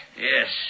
Yes